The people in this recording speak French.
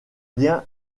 lien